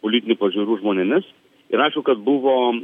politinių pažiūrų žmonėmis ir ačiū kad buvo